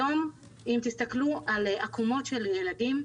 היום אם תסתכלו על עקומות של ילדים,